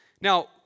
Now